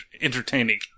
entertaining